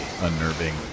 unnerving